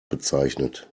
bezeichnet